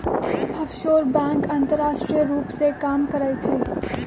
offshore bank अंतरराष्ट्रीय रूप से काम करइ छइ